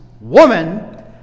woman